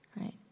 right